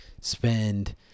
spend